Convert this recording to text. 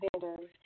vendors